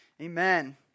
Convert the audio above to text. Amen